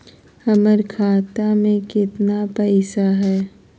हमर खाता मे केतना पैसा हई?